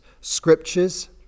scriptures